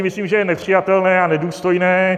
Myslím, že to je nepřijatelné a nedůstojné.